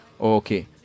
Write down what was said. Okay